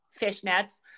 fishnets